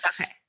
okay